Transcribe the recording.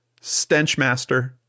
stenchmaster